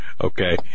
Okay